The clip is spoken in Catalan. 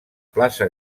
plaça